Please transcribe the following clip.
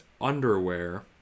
underwear